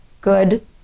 good